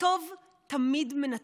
הטוב תמיד מנצח,